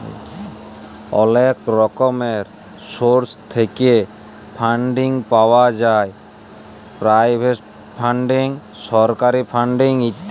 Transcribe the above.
অলেক রকমের সোর্স থ্যাইকে ফাল্ডিং পাউয়া যায় পেরাইভেট ফাল্ডিং, সরকারি ফাল্ডিং ইত্যাদি